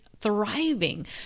thriving